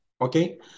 Okay